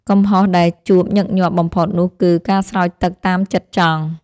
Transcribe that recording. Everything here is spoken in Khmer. កំហុសដែលជួបញឹកញាប់បំផុតនោះគឺ ការស្រោចទឹកតាមចិត្តចង់។